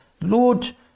Lord